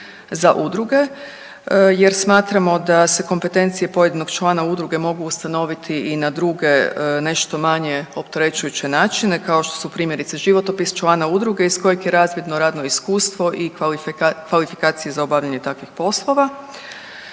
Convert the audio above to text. za udruge jer smatramo da se kompetencije pojedinog člana udruge mogu ustanoviti i na druge nešto manje opterećujuće načina, kao što su primjerice, životopis člana udruge iz kojeg je razvidno radno iskustvo i kvalifikacije za obavljanje takvih poslova.